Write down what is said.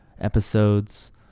episodes